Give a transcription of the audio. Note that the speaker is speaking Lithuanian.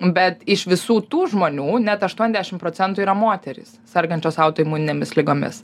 bet iš visų tų žmonių net aštuondešim procentų yra moterys sergančios autoimuninėmis ligomis